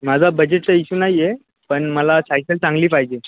माझा बजेटचा इश्यू नाही आहे पण मला सायकल चांगली पाहिजे